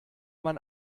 man